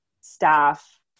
staff